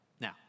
Now